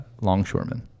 longshoremen